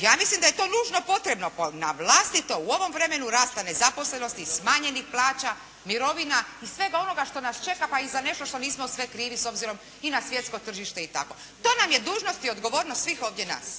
Ja mislim da je to nužno potrebno, navlastito u ovom vremenu rasta nezaposlenosti i smanjenih plaća, mirovina i svega onoga što nas čeka, pa i za nešto što nismo sve krivi s obzirom i na svjetsko tržište i tako. To nam je dužnost i odgovornost svih ovdje nas.